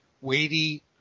weighty